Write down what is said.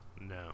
no